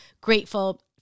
grateful